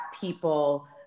people